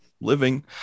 living